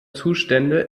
zustände